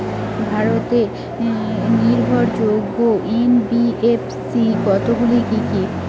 ভারতের নির্ভরযোগ্য এন.বি.এফ.সি কতগুলি কি কি?